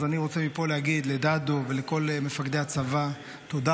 אז אני רוצה מפה להגיד לדדו ולכל מפקדי הצבא: תודה